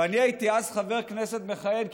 ואני הייתי אז חבר כנסת מכהן,